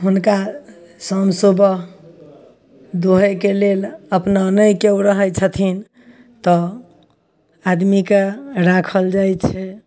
हुनका शाम सुबह दुहयक लेल अपना नहि केओ रहय छथिन तऽ आदमीके राखल जाइ छै